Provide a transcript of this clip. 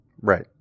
Right